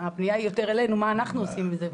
הפנייה היא יותר אלינו, מה אנחנו עושים עם זה.